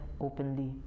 openly